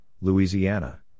Louisiana